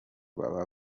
baba